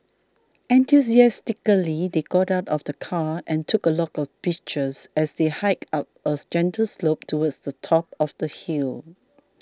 enthusiastically they got out of the car and took a lot of pictures as they hiked up a gentle slope towards the top of the hill